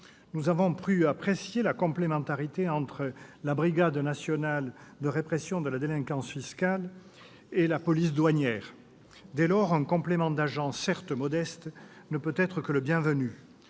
Nous avons pu apprécier la complémentarité entre la brigade nationale de répression de la délinquance fiscale, la BNRDF, et la police douanière. Dès lors, un complément d'agents, certes modeste, ne peut qu'être le bienvenu.